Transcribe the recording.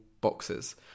boxes